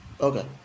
Okay